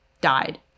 died